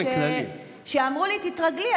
כשאמרו לי: תתרגלי,